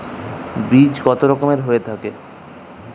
বীজ কত রকমের হয়ে থাকে?